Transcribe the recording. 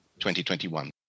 2021